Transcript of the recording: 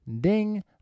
Ding